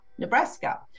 nebraska